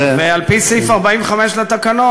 ועל-פי סעיף 45 לתקנון,